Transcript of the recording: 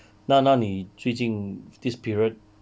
那那你最近 this period